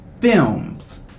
Films